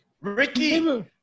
Ricky